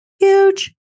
huge